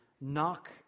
knock